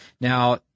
Now